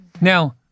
Now